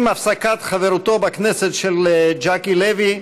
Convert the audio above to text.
עם הפסקת חברותו בכנסת של ז'קי לוי,